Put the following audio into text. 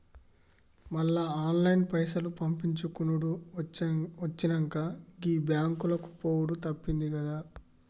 మళ్ల ఆన్లైన్ల పైసలు పంపిచ్చుకునుడు వచ్చినంక, గీ బాంకులకు పోవుడు తప్పిందిగదా